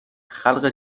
خلق